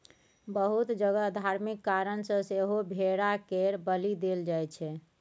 बहुत जगह धार्मिक कारण सँ सेहो भेड़ा केर बलि देल जाइ छै